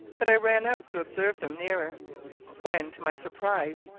that i ran out to observe them nearer when, to my surprise,